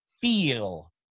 feel